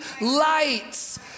lights